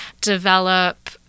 develop